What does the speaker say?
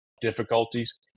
difficulties